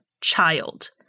child